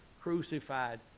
crucified